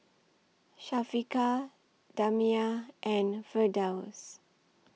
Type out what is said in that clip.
Syafiqah Damia and Firdaus